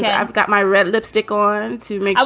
yeah i've got my red lipstick on and to make.